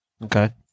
Okay